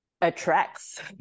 attracts